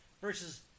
versus